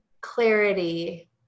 clarity